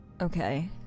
Okay